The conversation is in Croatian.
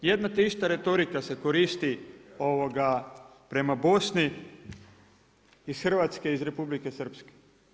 Jedna te ista retorika se koristi prema Bosni iz Hrvatske, iz Republike Srpske.